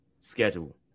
schedule